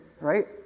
Right